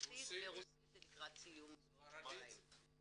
בצרפתית וברוסית זה לקראת סיום בעוד שבועיים.